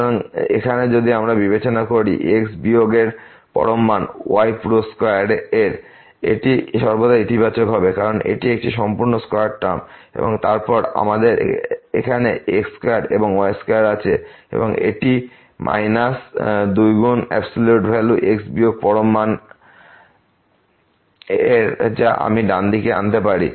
সুতরাং এখানে যদি আমরা বিবেচনা করি x বিয়োগের পরম মান y পুরো স্কয়ার এর এটি সর্বদা ইতিবাচক হবে কারণ এটি একটি সম্পূর্ণ স্কয়ার টার্ম এবং তারপর আমাদের এখানে x স্কয়ার এবং y স্কয়ার আছে এবং এটি হবে মাইনাস 2 গুণ অ্যাবসলিউট ভ্যালু x বিয়োগ পরম মান yএর যা আমি ডান দিকে আনতে পারি না